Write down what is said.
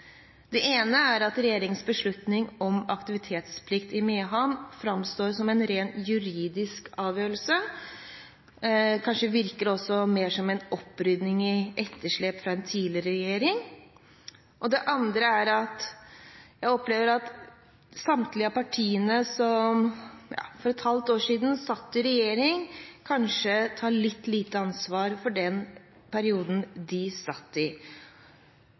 Det ene er at regjeringens beslutning om aktivitetsplikt i Mehamn framstår som en rent juridisk avgjørelse, kanskje virker det også mer som en opprydding i etterslep fra en tidligere regjering. Det andre er at jeg opplever at samtlige av partiene som for et halvt år siden satt i regjering, kanskje tar litt lite ansvar for den perioden de satt i.